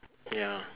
ya